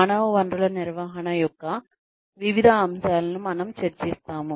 మానవ వనరుల నిర్వహణ యొక్క వివిధ అంశాలను మనము చర్చిస్తున్నాము